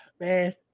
man